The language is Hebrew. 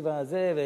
התקציב הזה,